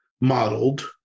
modeled